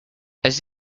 was